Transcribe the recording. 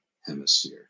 hemisphere